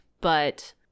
but-